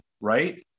Right